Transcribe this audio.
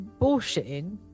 bullshitting